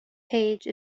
page